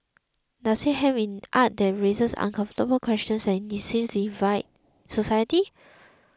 does it hem in art that raises uncomfortable questions and divide society